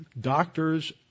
Doctors